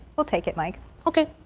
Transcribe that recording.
we'll take it mike okay.